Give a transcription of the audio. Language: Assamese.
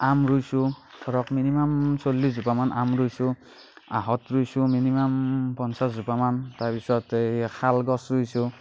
আম ৰুইছো ধৰক মিনিমাম চল্লিছ জোপামান আম ৰুইছো আহঁত ৰুইছো মিনিমাম পঞ্চাছ জোপামান তাৰপিছতে শালগছ ৰুইছো